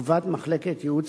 תגובת מחלקת ייעוץ